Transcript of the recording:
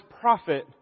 prophet